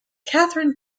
kathleen